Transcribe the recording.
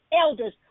elders